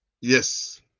yes